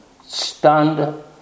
stunned